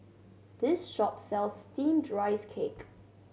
this shop sells Steamed Rice Cake